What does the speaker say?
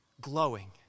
glowing